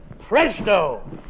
presto